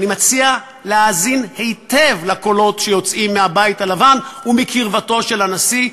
אני מציע להאזין היטב לקולות שיוצאים מהבית הלבן ומקרבתו של הנשיא,